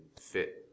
fit